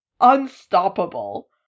unstoppable